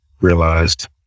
realized